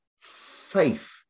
faith